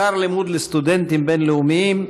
(שכר לימוד לסטודנטים בין-לאומיים),